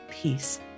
peace